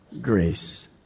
grace